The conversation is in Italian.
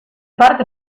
parte